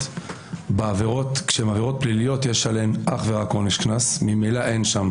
הפליליות יש אך ורק עונש קנס ואין בהן